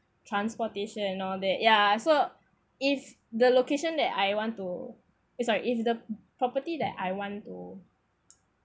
transportation and all that ya so if the location that I want to it's like if the property that I want to